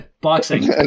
Boxing